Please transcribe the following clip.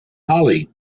holly